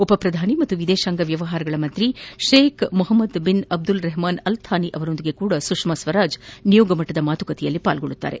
ಉಪಪ್ರಧಾನಿ ಮತ್ತು ವಿದೇಶಾಂಗ ವ್ಯವಹಾರಗಳ ಸಚಿವ Sheikh Mohammed bin Abdul Rahman Al Thani ಅವರೊಂದಿಗೂ ಸುಷ್ಮಾ ಸ್ವರಾಜ್ ನಿಯೋಗ ಮಟ್ಟದ ಮಾತುಕತೆ ನಡೆಸಲಿದ್ದಾರೆ